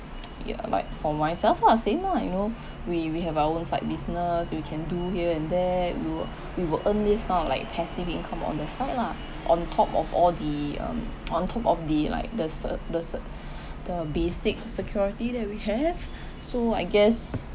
ya like for myself lah same lah you know we we have our own side business we can do here and there we will we will earn this kind of like passive income on the side lah on top of all the um on top of the like the se~ the se~ the basic security that we have so I guess